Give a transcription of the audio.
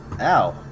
Ow